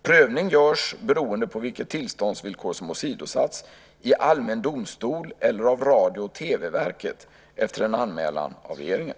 Prövning görs, beroende på vilket tillståndsvillkor som åsidosatts, i allmän domstol eller av Radio och TV-verket efter en anmälan av regeringen.